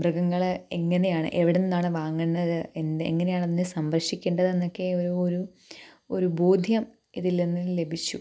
മൃഗങ്ങളെ എങ്ങനെയാണ് എവിടെ നിന്നാണ് വാങ്ങണത് എന്ത് എങ്ങനെയാണ് അതിനെ സംരക്ഷിക്കേണ്ടതെന്നൊക്കെ ഒരു ഒരു ഒരു ബോധ്യം ഇതിൽ നിന്ന് ലഭിച്ചു